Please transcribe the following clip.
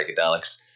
psychedelics